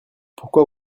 pourquoi